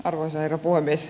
arvoisa herra puhemies